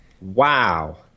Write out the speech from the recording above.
Wow